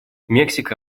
мексика